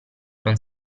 non